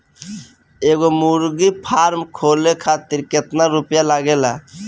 एगो मुर्गी फाम खोले खातिर केतना रुपया लागेला?